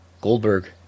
Goldberg